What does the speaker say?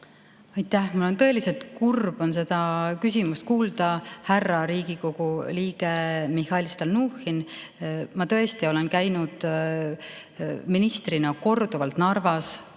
Aitäh! Mul oli tõeliselt kurb seda küsimust kuulda, härra Riigikogu liige Mihhail Stalnuhhin. Ma tõesti olen käinud ministrina korduvalt Narvas,